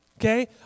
Okay